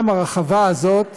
הרחבה הזאת